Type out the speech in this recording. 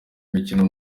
imikino